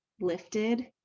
lifted